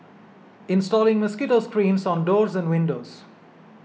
installing mosquito screens on doors and windows